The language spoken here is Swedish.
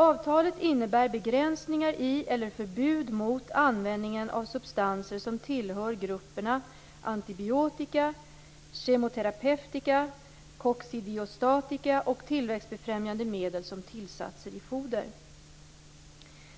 Avtalet innebär begränsningar i eller förbud mot användningen av substanser som tillhör grupperna antibiotika, kemoterapeutika, koccidiostatika och tillväxtbefrämjande medel som tillsatser i foder.